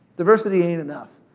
diversity ain't enough.